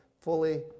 fully